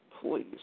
Please